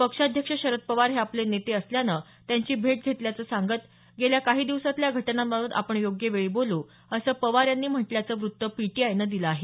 पक्षाध्यक्ष शरद पवार हे आपले नेते असल्यानं त्यांची भेट घेतल्याचं सांगत गेल्या काही दिवसातल्या घटनांबाबत आपण योग्य वेळी बोलू असं पवार यांनी म्हटल्याचं वृत्त पीटीआयनं दिलं आहे